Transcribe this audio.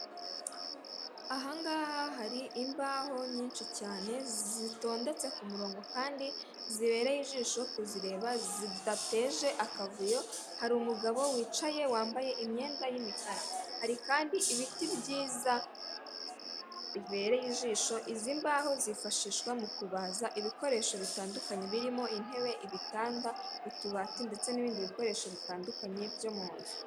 Ahangaha hari imbaho nyinshi cyane zitondetse murongo kandi zibereye ijisho kuzireba zidateje akavuyo, hari umugabo wicaye wambaye imyenda y'imikara. Hari kandi ibiti byiza bibereye ijisho, izi mbahoho zifashishwa mu kubaza ibikoresho bitandukanye birimo; intebe, ibitanda, utubati, ndetse n'ibindi bikoresho bitandukanye byo mu nzu.